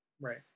Right